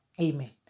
Amen